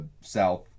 South